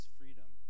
freedom